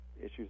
issues